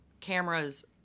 cameras